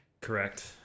Correct